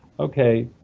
okay,